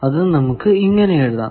അത് നമുക്ക് ഇങ്ങനെ എഴുതാം